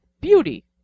beauty